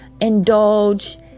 indulge